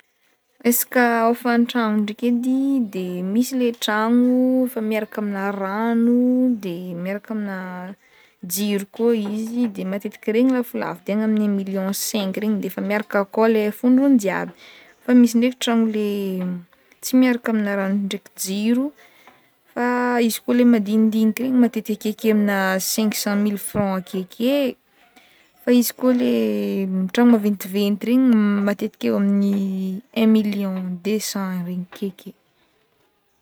Resaka hofantragno draiky edy misy le trano fa miaraka amina rano de miaraka amina jiro koa izy de matetiky regny lafolafo de agny amny un million cinq regny de efa miaraka akao le le fondrony jiaby fa misy ndraiky trano le tsy miaraka amina rano ndraiky jiro fa izy koa le madindinika regny matetika akeke amna cinqu cent mille franc akeke fa izy koa le tragno maventiventy regny matetika eo amny un million deux cent regny akeke.